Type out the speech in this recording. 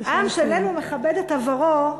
עם שלם המכבד את עברו,